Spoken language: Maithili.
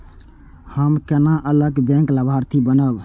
हम केना अलग बैंक लाभार्थी बनब?